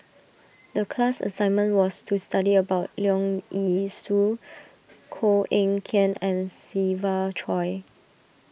the class assignment was to study about Leong Yee Soo Koh Eng Kian and Siva Choy